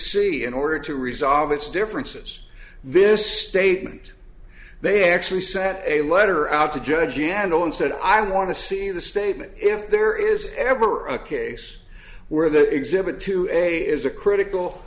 see in order to resolve its differences this statement they actually sent a letter out to judge and on said i want to see the statement if there is ever a case where the exhibit to a is a critical